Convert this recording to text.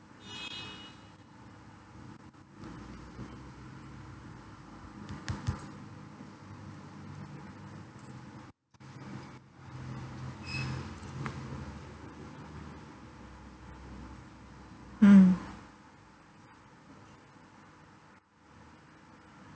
mm